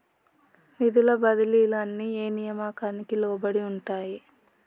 నిధుల బదిలీలు అన్ని ఏ నియామకానికి లోబడి ఉంటాయి?